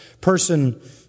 person